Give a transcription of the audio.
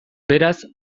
beraz